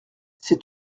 c’est